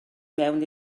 mewn